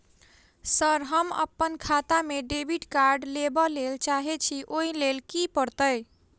Sir हम अप्पन खाता मे डेबिट कार्ड लेबलेल चाहे छी ओई लेल की परतै?